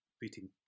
beating